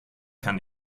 kann